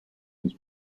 his